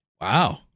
Wow